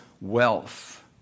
wealth